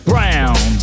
Brown